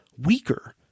weaker